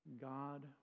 God